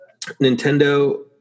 nintendo